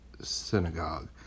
synagogue